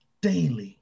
daily